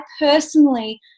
personally